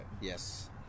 Yes